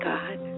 God